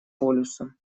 полюсом